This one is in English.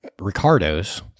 Ricardo's